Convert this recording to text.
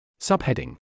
Subheading